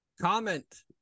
comment